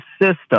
system